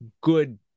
good